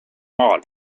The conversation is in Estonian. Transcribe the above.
maal